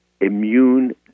immune